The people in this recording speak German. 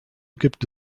gibt